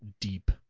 deep